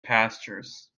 pastures